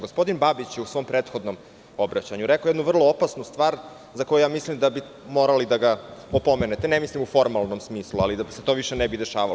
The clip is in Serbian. Gospodin Babić je u svom prethodnom obraćanju rekao jednu vrlo opasnu stvar za koju ja mislim da bi morali da ga opomenete, ne mislim u formalnom smislu, ali da se to više ne bi dešavalo.